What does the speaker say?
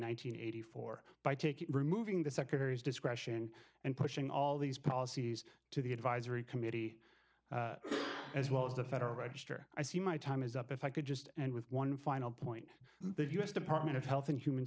and four by taking removing the secretary's discretion and pushing all these policies to the advisory committee as well as the federal register i see my time is up if i could just and with one final point the u s department of health and human